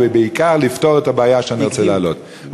ובעיקר לפתור את הבעיה שאני רוצה להעלות.